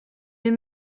des